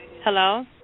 Hello